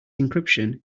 encryption